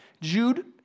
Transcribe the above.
Jude